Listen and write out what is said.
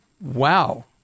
Wow